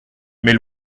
mais